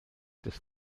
des